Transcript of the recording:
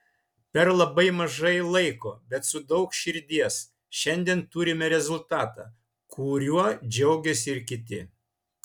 per labai mažai laiko bet su daug širdies šiandien turime rezultatą kuriuo džiaugiasi ir kiti